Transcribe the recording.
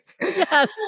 Yes